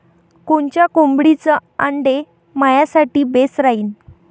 कोनच्या कोंबडीचं आंडे मायासाठी बेस राहीन?